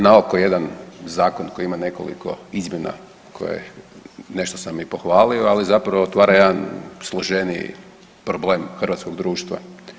Naoko jedan zakon koji ima nekoliko izmjena koje nešto sam i pohvalio, ali zapravo otvara jedan složeniji problem hrvatskog društva.